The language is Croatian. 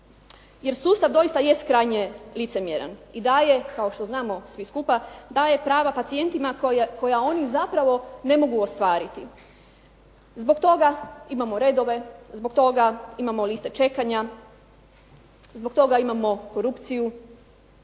Jer sustav doista jest krajnje licemjeran i daje kao što znamo svi skupa, daje prava pacijentima koja ona zapravo ne mogu ostvariti. Zbog toga imamo redove, zbog toga imamo liste čekanja, zbog toga imamo korupciju,